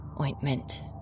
ointment